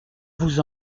vous